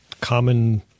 common